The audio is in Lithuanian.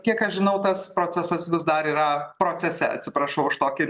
kiek aš žinau tas procesas vis dar yra procese atsiprašau už tokį